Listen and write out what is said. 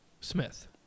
Smith